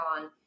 on